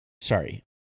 sorry